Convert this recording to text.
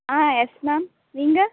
ஆ yes ma'am நீங்கள்